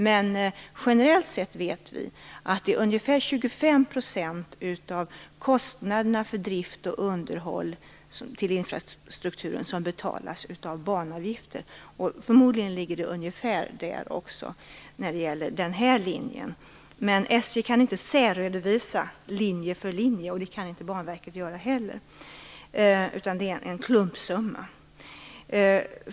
Men generellt sett vet vi att ungefär 25 % av kostnaderna för drift och underhåll till infrastrukturen betalas av banavgifter. Förmodligen ligger det ungefär på den nivån också när det gäller denna linje. Men varken SJ eller Banverket kan särredovisa linje för linje, utan det rör sig om en klumpsumma.